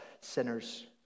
sinners